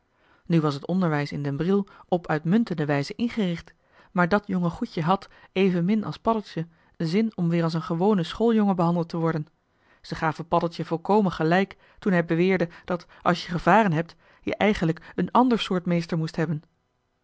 nu was het onderwijs in den briel op uitmuntende wijze ingericht maar dat jonge goedje had evenmin als paddeltje zin om weer als een gewone schooljongen behandeld te worden ze gaven paddeltje volkomen gelijk toen hij beweerde dat als je gevaren hebt je eigenlijk een ander soort meester moest hebben